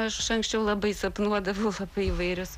aš anksčiau labai sapnuodavau apie įvairius